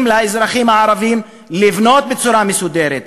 לאזרחים הערבים לבנות בצורה מסודרת ומורשית,